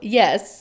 yes